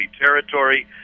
territory